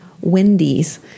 Wendy's